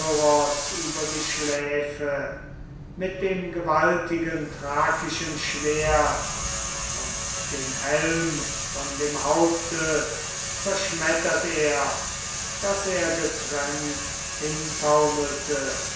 über die schläfe mit dem gewaltigen thrakischen schwert und den helm von dem haupte schmettert er daß er getrennt